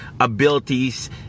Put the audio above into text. abilities